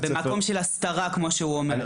ומה עם מקרים של הסתרה כמו שהוא מתאר?